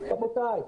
רבותיי,